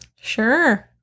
Sure